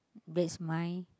base mine